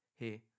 Hey